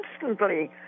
constantly